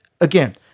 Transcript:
again